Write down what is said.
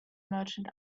merchant